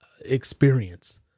experience